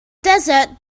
desert